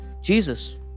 Jesus